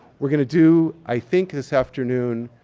we're gonna do, i think this afternoon,